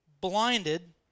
blinded